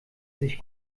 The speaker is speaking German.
sich